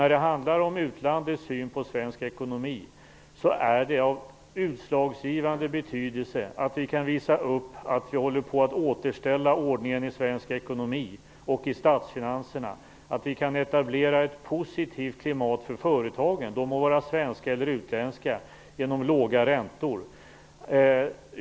När det handlar om utlandets syn på svensk ekonomi är det av utslagsgivande betydelse att vi kan visa att vi håller på att återställa ordningen i svensk ekonomi och i statsfinanserna samt att vi kan etablera ett positivt klimat för företagen - de må vara svenska eller utländska - genom låga räntor.